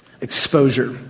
exposure